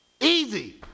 Easy